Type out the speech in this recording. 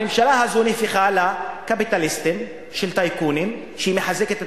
הממשלה הזאת נהפכה לקפיטליזם של טייקונים כשהיא מחזקת את